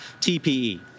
TPE